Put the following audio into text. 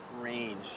range